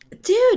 Dude